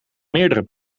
meerdere